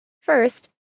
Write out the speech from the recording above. First